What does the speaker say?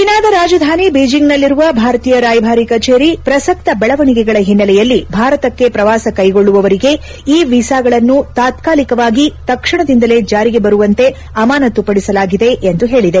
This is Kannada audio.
ಚೀನಾದ ರಾಜಧಾನಿ ಬೀಜಿಂಗ್ನಲ್ಲಿರುವ ಭಾರತೀಯ ರಾಯಭಾರಿ ಕಚೇರಿ ಪ್ರಸಕ್ತ ದೆಳವಣಿಗೆಗಳ ಹಿನ್ನೆಲೆಯಲ್ಲಿ ಭಾರತಕ್ಕೆ ಪ್ರವಾಸ ಕ್ಲೆಗೊಳ್ಳುವವರಿಗೆ ಇ ವೀಸಾಗಳನ್ನು ತಾತಾಲಿಕವಾಗಿ ತಕ್ಷಣದಿಂದಲೇ ಜಾರಿಗೆ ಬರುವಂತೆ ಅಮಾನುತುಪಡಿಸಲಾಗಿದೆ ಎಂದು ಹೇಳಿದೆ